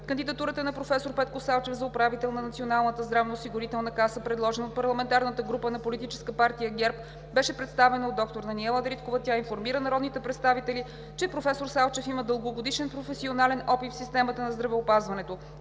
Кандидатурата на професор Петко Салчев за управител на Националната здравноосигурителна каса, предложена от парламентарната група на Политическа партия ГЕРБ, беше представена от доктор Даниела Дариткова. Тя информира народните представители, че професор Салчев има дългогодишен професионален опит в системата на здравеопазването,